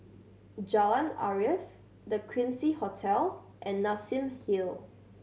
Jalan Arif The Quincy Hotel and Nassim Hill